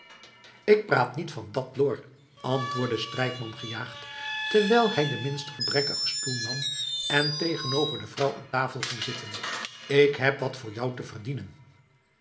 ik praat niet van dat lor antwoordde strijkman gejaagd terwijl hij den minst gebrekkigen stoel nam en tegenover de vrouw aan tafel ging zitten ik heb wat voor jou te verdienen